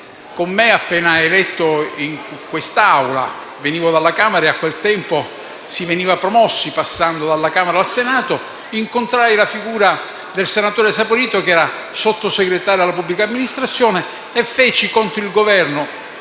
con me, appena eletto in quest'Aula (venivo dalla Camera e, a quel tempo, si veniva promossi passando dalla Camera al Senato). Incontrai la figura del senatore Saporito, che era Sottosegretario alla pubblica amministrazione, e feci contro il Governo,